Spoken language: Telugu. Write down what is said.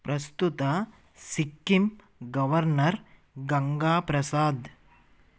ప్రస్తుత సిక్కిం గవర్నర్ గంగా ప్రసాద్